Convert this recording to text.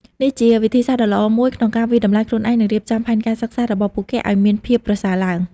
នេះជាវិធីសាស្ត្រដ៏ល្អមួយក្នុងការវាយតម្លៃខ្លួនឯង និងរៀបចំផែនការសិក្សារបស់ពួកគេឲ្យមានភាពប្រសើរឡើង។